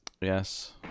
Yes